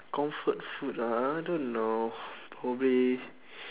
comfort food ah I don't know probably